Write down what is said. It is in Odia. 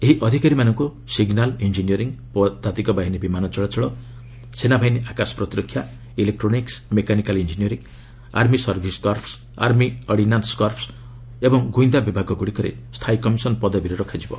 ଏହି ଅଧିକାରୀମାନଙ୍କୁ ସିଗ୍ନାଲ୍ ଇଞ୍ଜିନିୟରିଂ ପଦାତିକ ବାହିନୀ ବିମାନ ଚଳାଚଳ ସେନାବାହିନୀ ଆକାଶ ପ୍ରତିରକ୍ଷା electronic mechanical engineering army service corps army ordnance corps ଏବଂ ଗୁଇନ୍ଦା ବିଭାଗଗୁଡ଼ିକରେ ସ୍ଥାୟୀ କମିଶନ୍ ପଦବୀରେ ରଖାଯିବ